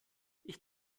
ich